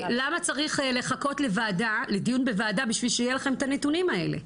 למה צריך לחכות לדיון בוועדה בשביל שיהיה לכם את הנתונים האלה?